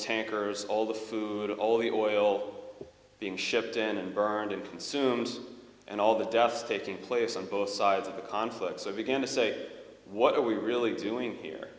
tankers all the food all the oil being shipped in and burned and consumed and all the deaths taking place on both sides of the conflict so i began to say what are we really doing here